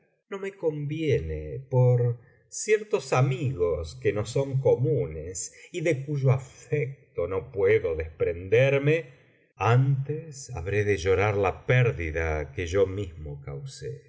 no me conviene por ciertos amigos que nos son comunes y de cuyo afecto no puedo desprenderme antes habré de llorar la pérdida que yo mismo cause